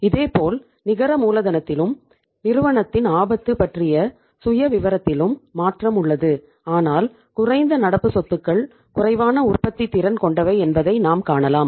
இதேபோல் நிகர மூலதனத்திலும் நிறுவனத்தின் ஆபத்து பற்றிய சுயவிவரத்திலும் மாற்றம் உள்ளது ஆனால் குறைந்த நடப்பு சொத்துக்கள் குறைவான உற்பத்தி திறன் கொண்டவை என்பதை நாம் காணலாம்